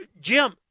Jim